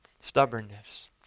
stubbornness